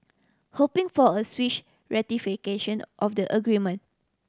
hoping for a swish ratification of the agreement